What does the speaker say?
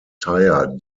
tire